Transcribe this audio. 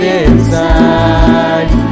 inside